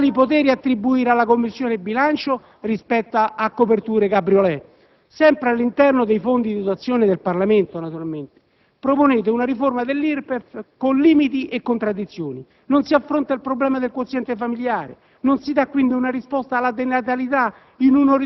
di quali poteri attribuire alla Commissione bilancio rispetto a «coperture *cabriolet*» sempre all'interno dei fondi di dotazione del Parlamento, naturalmente. Proponete una riforma dell'IRPEF con limiti e contraddizioni. Non si affronta il problema del quoziente familiare. Non si dà quindi una risposta alla denatalità